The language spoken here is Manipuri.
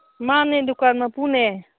ꯃꯥꯅꯦ ꯗꯨꯀꯥꯟ ꯃꯄꯨꯅꯦ